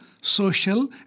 social